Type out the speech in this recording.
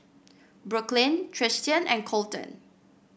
Brooklyn Tristian and Colton